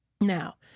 Now